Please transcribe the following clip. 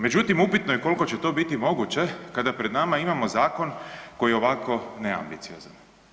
Međutim, upitno je koliko će to biti moguće kada pred nama imamo zakon koji je ovako neambiciozan.